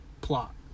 plot